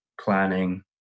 planning